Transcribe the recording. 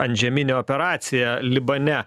antžeminė operacija libane